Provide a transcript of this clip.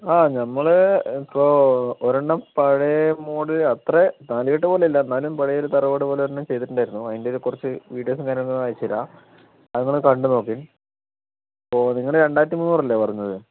ആ നമ്മള് ഇപ്പോൾ ഒരെണ്ണം പഴയ മോഡൽ അത്ര നാലുകെട്ട് മോഡലല്ല എന്നാലും പഴയ ഒരു മോഡലിലൊന്നു ചെയ്തിട്ടുണ്ടായിരുന്നു അതിൻ്റെയൊരു വിഡിയോസും കാര്യങ്ങളും അയച്ചുതരാം അതൊന്നു നിങ്ങൾ കണ്ടുനോക്കു അപ്പോൾ നിങ്ങൾ രണ്ടായിരത്തി മുന്നൂറ് അല്ലെ പറഞ്ഞത്